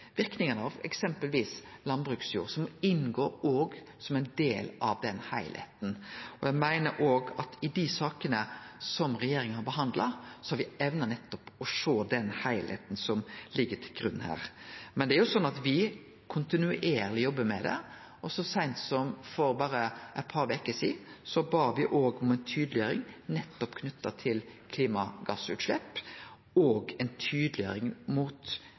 eksempelvis landbruksjord, som òg inngår som ein del av den heilskapen. Eg meiner at i dei sakene som regjeringa har behandla, har me evna nettopp å sjå den heilskapen som ligg til grunn. Men me jobbar kontinuerleg med det, og så seint som for berre eit par veker sidan bad me om ei tydeleggjering nettopp knytt til klimagassutslepp og ei tydeleggjering mot